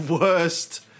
worst